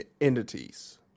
entities